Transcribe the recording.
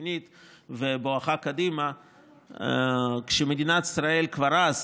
שמינית בואכה קדימה כשמדינת ישראל כבר אז,